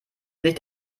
nicht